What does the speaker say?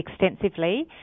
extensively